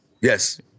yes